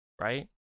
Right